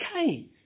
okay